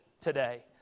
today